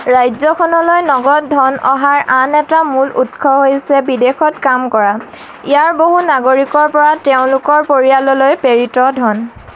ৰাজ্যখনলৈ নগদ ধন অহাৰ আন এটা মূল উৎস হৈছে বিদেশত কাম কৰা ইয়াৰ বহু নাগৰিকৰ পৰা তেওঁলোকৰ পৰিয়াললৈ প্ৰেৰিত ধন